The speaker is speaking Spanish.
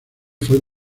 fue